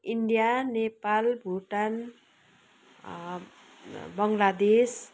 India Nepal Bhutan Bangladesh